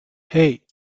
hey